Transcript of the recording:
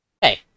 Hey